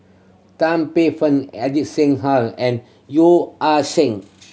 Tan Paey Fern Ajit Singh and Yeo Ah Seng